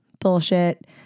bullshit